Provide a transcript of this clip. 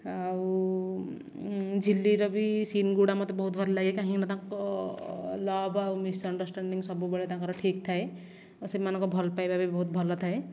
ଆଉ ଝିଲିର ବି ସିନ୍ ଗୁଡ଼ାକ ମୋତେ ବହୁତ୍ ଭଲ ଲାଗେ କାହିଁକିନା ତାଙ୍କ ଲଭ୍ ଆଉ ମିସ୍ଅଣ୍ଡର୍ଷ୍ଟାଣ୍ଡିଙ୍ଗ ସବୁବେଳେ ତାଙ୍କର ଠିକ୍ ଥାଏ ଆଉ ସେମାନଙ୍କର ଭଲପାଇବା ବି ବହୁତ୍ ଭଲଥାଏ